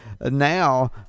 now